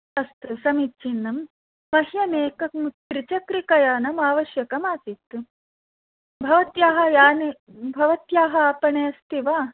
अस्तु समीचीनं मह्यम् एकं त्रचक्रिकयानम् आवश्यकमासीत् भवत्याः याने भवत्याः आपणे अस्ति वा